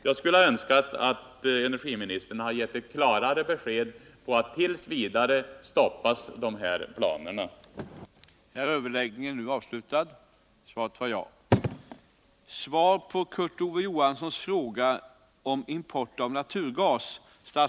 Jag hade önskat att energiministern skulle ha givit ett klarare besked om att dessa planer stoppas t. v.